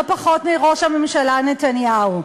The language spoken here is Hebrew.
לא פחות מראש הממשלה נתניהו.